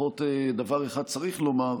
לפחות דבר אחד צריך לומר: